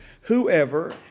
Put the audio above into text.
Whoever